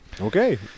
Okay